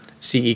CE